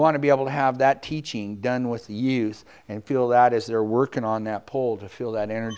want to be able to have that teaching done with the youth and feel that as they're working on that pole to feel that